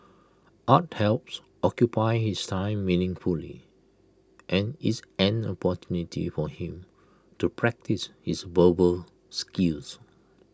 art helps occupy his time meaningfully and is an opportunity for him to practise his verbal skills